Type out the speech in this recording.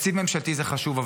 תקציב ממשלתי זה חשוב,